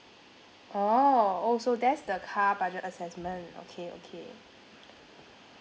orh oh so that's the car budget assessment okay okay